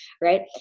right